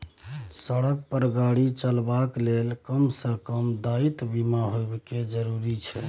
सड़क पर गाड़ी चलेबाक लेल कम सँ कम दायित्व बीमा होएब जरुरी छै